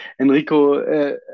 Enrico